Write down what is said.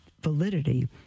validity